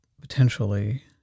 potentially